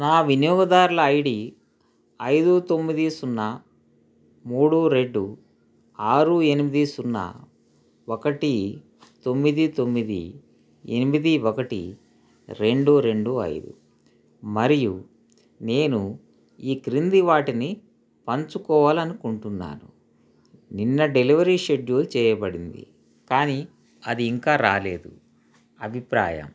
నా వినియోగదారుల I D ఐదు తొమ్మిది సున్నా మూడు రెండు ఆరు ఎనిమిది సున్నా ఒకటి తొమ్మిది తొమ్మిది ఎనిమిది ఒకటి రెండు రెండు ఐదు మరియు నేను ఈ క్రింది వాటిని పంచుకోవాలి అనుకుంటున్నాను నిన్న డెలివరీ షెడ్యూల్ చేయబడింది కానీ అది ఇంకా రాలేదు అభిప్రాయం